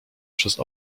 przez